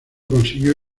consiguió